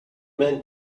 men